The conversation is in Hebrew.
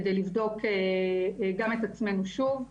כדי לבדוק גם את עצמנו שוב,